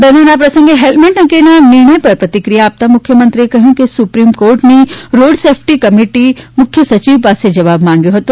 દરમ્યાન આ પ્રસંગે હેલ્મેટ અંગેના નિર્ણય પર પ્રતિક્રિયા આપતામુખ્યમંત્રીએ જણાવ્યું હતું કે સુપ્રિમ કોર્ટની રોડ સેફ્ટી કમિટી મુખ્યસચિવ પાસે જવાબ માંગ્યો હતો